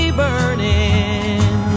burning